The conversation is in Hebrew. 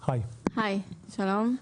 שלום.